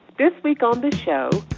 this week on the show,